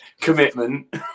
Commitment